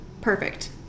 Perfect